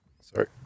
Sorry